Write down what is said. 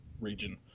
region